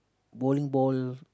bowling ball